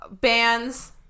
bands